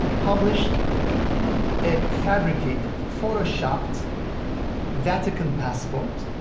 published a fabricated, photoshopped vatican passport